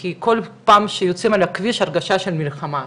כי כל פעם שיוצאים לכביש ההרגשה היא של מלחמה,